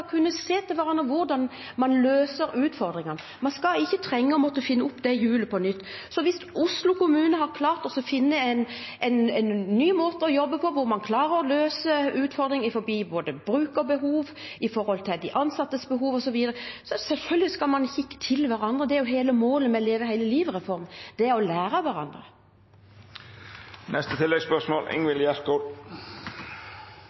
se til hverandre hvordan man løser utfordringene. Man skal ikke måtte finne opp hjulet på nytt. Hvis Oslo kommune har klart å finne en ny måte å jobbe på der man klarer å løse utfordringer innenfor både brukerbehov, de ansattes behov, osv., skal man selvfølgelig kikke til hverandre. Det er jo målet med Leve hele livet-reformen: å lære av hverandre.